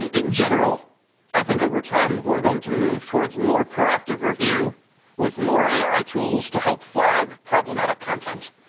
in general i think over time we're going to move toward more pro-active review with more ai tools to help flag problematic content.